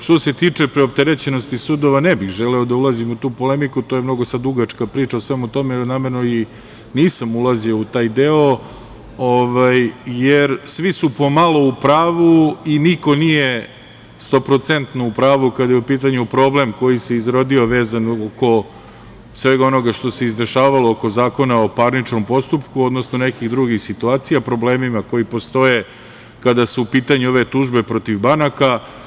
Što se tiče preopterećenosti sudova, ne bih želeo da ulazim u tu polemiku, to je sada mnogo dugačka priča i namerno nisam ulazio u taj deo, jer su svi pomalo u pravu i niko nije stoprocentno u pravu kada je u pitanju problem koji se izrodio vezano oko svega onoga što se izdešavalo oko Zakona o parničnom postupku, odnosno nekih drugih situacija i problemima koji postoje kada su u pitanju ove tužbe protiv banaka.